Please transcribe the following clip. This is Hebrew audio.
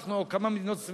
אנחנו או כמה מדינות סביבנו,